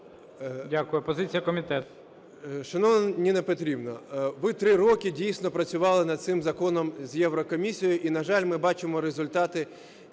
Дякую. Позиція комітету.